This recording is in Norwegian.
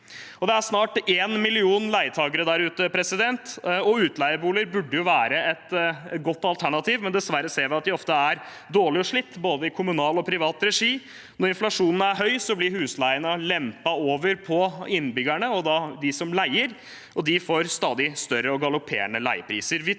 Det er snart en million leietakere der ute. Utleieboliger burde være et godt alternativ, men dessverre ser vi at de ofte er dårlige og slitte både i kommunal og privat regi. Når inflasjonen er høy, blir husleiene lempet over på innbyggerne og de som leier, og de får stadig høyere og galopperende leiepriser.